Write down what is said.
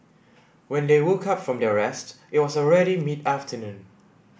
when they woke up from their rest it was already mid afternoon